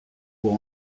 pour